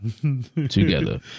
together